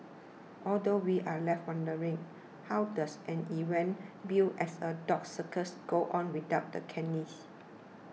although we're left wondering how does an event billed as a dog circus go on without the canines